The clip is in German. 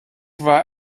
war